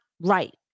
right